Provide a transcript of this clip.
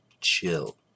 Chill